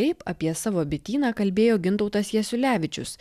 taip apie savo bityną kalbėjo gintautas jasiulevičius